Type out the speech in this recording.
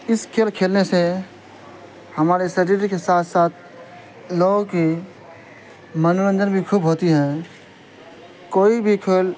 اس کھیل کھیلنے سے ہمارے شریر کے ساتھ ساتھ لوگوں کی منورنجن بھی خوب ہوتی ہیں کوئی بھی کھیل